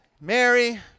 mary